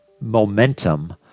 momentum